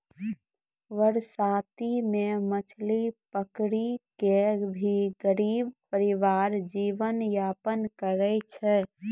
बरसाती मॅ मछली पकड़ी कॅ भी गरीब परिवार जीवन यापन करै छै